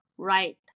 right